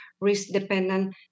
risk-dependent